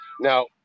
Now